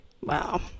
wow